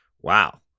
Wow